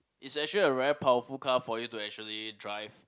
it's actually a very powerful car for you to actually drive